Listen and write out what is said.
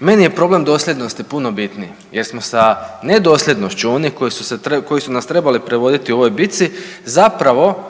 Meni je problem dosljednosti puno bitniji jer smo sa nedosljednošću onih koji su nas trebali predvoditi u ovoj bitci zapravo